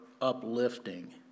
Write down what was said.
uplifting